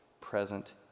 present